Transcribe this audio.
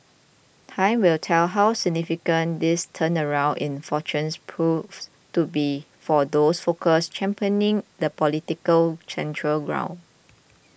time will tell how significant this turnaround in fortunes proves to be for those forces championing the political centre ground